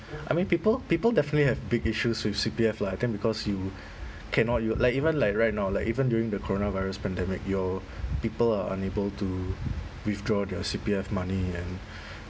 I mean people people definitely have big issues with C_P_F lah I think because you cannot u~ like even like right now like even during the coronavirus pandemic your people are unable to withdraw their C_P_F money and